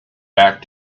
back